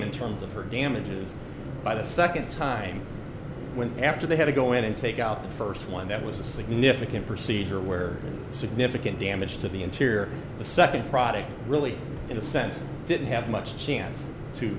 in terms of her damages by the second time when after they had to go in and take out the first one that was a significant procedure where significant damage to the interior of the second product really in a sense didn't have much chance to